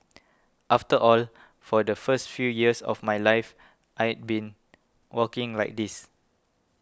after all for the first few years of my life I'd been walking like this